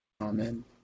Amen